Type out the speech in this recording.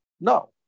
no